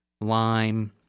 lime